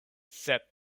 sep